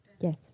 Yes